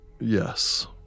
yes